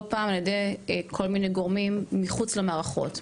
פעם על ידי כל מיני גורמים מחוץ למערכות.